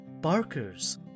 barkers